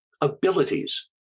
abilities